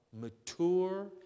Mature